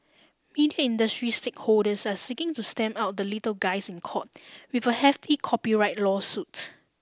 media industry stakeholders are seeking to stamp out the little guys in court with a hefty copyright lawsuit